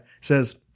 says